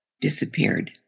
disappeared